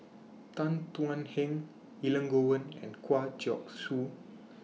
Tan Thuan Heng Elangovan and Kwa Geok Choo